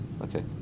Okay